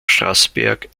strasberg